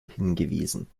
hingewiesen